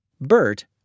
Bert